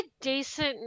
decent